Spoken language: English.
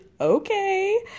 Okay